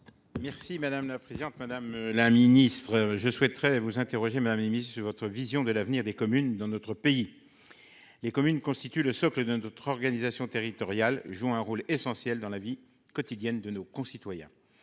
M. Jean-François Longeot. Madame la ministre, je souhaiterais vous interroger sur votre vision de l'avenir des communes dans notre pays. Celles-ci constituent le socle de notre organisation territoriale et jouent un rôle essentiel dans la vie quotidienne de nos concitoyens.